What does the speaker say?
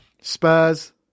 Spurs